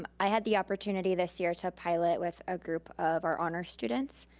um i had the opportunity this year to pilot with a group of our honors students.